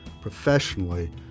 professionally